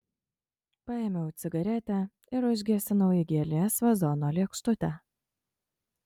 paėmiau cigaretę ir užgesinau į gėlės vazono lėkštutę